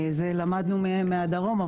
זה למדנו מהדרום,